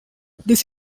this